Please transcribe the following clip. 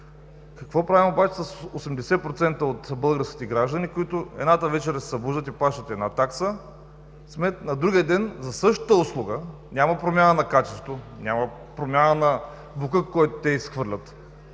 Какво правим обаче с 80% от българските граждани, които едната вечер се събуждат и плащат една такса смет, на другия ден за същата услуга, няма промяна на качеството, няма промяна на боклука който те изхвърлят,